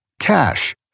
Cash